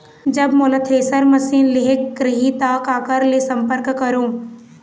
जब मोला thresher machine लेहेक रही ता काकर ले संपर्क करों?